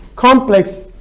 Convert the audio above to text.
complex